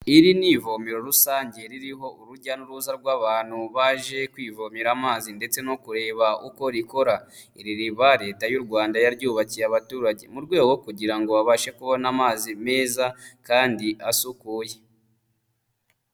Iri ni ivomero rusange ririho urujya n'uruza rw'abantu baje kwivomera amazi ndetse no kureba uko rikora. Iri riba Leta y'u Rwanda yaryubakiye abaturage mu rwego rwo kugira ngo babashe kubona amazi meza kandi asukuye.